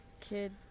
kid